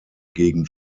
gegen